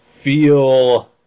feel